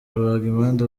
rubagimpande